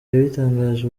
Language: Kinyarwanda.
yabitangaje